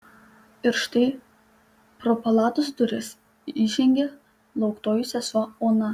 ir štai pro palatos duris įžengė lauktoji sesuo ona